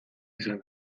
izan